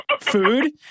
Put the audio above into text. food